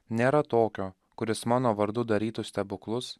nėra tokio kuris mano vardu darytų stebuklus